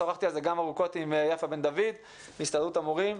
שוחחתי על זה גם ארוכות עם יפה בן דוד מהסתדרות המורים,